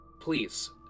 Please